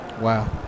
Wow